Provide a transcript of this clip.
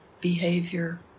behavior